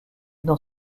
dans